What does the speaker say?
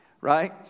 Right